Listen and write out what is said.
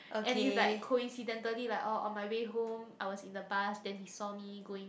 and it's like coincidentally like orh on my way home I was in the bus then he saw me going